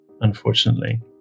unfortunately